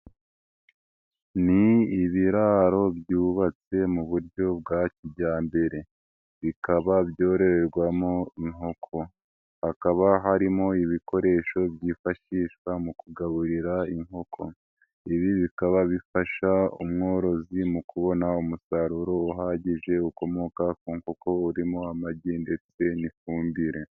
Ni ibiraro byubatse muburyo bwa kijyambere, bikaba byororerwamo inkoko, hakaba harimo ibikoresho byifashishwa mu kugaburira inkoko, ibi bikaba bifasha umworozi mu kubona umusaruro uhagije, ukomoka ku nkoko urimo amagi ndetse n'ifumbire.